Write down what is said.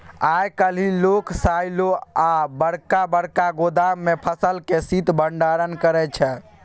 आइ काल्हि लोक साइलो आ बरका बरका गोदाम मे फसलक शीत भंडारण करै छै